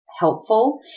helpful